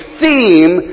theme